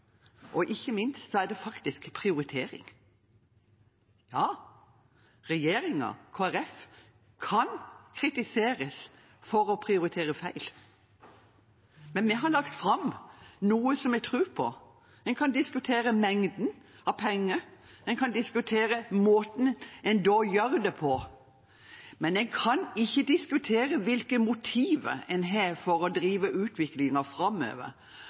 og ikke minst prioritering. Ja, regjeringen og Kristelig Folkeparti kan kritiseres for å prioritere feil, men vi har lagt fram noe vi tror på. En kan diskutere mengden av penger og måten en gjør det på, men en kan ikke diskutere hvilke motiver en har for å drive utviklingen framover.